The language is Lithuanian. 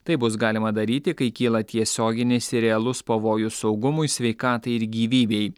taip bus galima daryti kai kyla tiesioginis ir realus pavojus saugumui sveikatai ir gyvybei